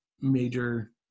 major